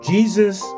Jesus